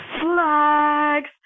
flags